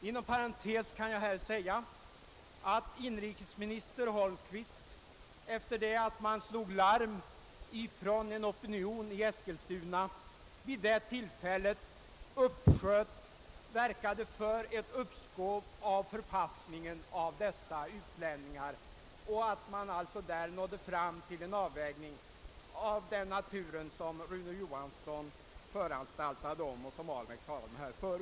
Inom parentes vill jag säga att inrikesminister Holmqvist efter det att en opinion i Eskilstuna hade slagit larm den gången verkade för ett uppskov med förpassningen av dessa utlänningar och att man då uppnådde en avvägning av det slag som förre inrikesministern Rune Johansson på sin tid föranstaltade om och som herr Ahlmark här berört.